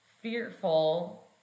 fearful